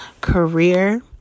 career